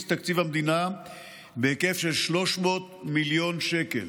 תקציב המדינה בהיקף של 300 מיליון שקלים.